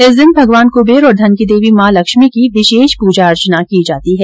इस दिन भगवान कुंबेर और धन की देवी मां लक्ष्मी की विशेष पूजा अर्चना की जाती है